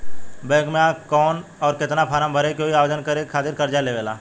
Bank मे आ के कौन और केतना फारम भरे के होयी आवेदन करे के खातिर कर्जा लेवे ला?